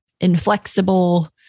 inflexible